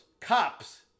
cops